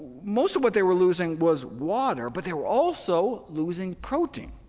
most of what they were losing was water, but they were also losing protein,